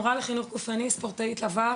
מורה לחינוך גופני וספורטאית עבר,